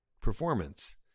performance